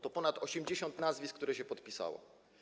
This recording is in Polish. To ponad 80 nazwisk osób, które się podpisały.